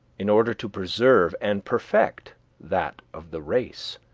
in order to preserve and perfect that of the race.